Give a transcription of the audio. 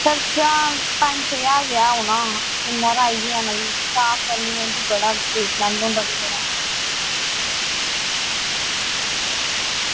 खर्चा पंज छे ज्हार रपेआ औना इन्ना हारा आई गै जाना साफ करना पौंदी बड़ा ट्रीटमेंट होंदा तुसेंगी पता